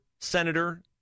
senator